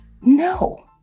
No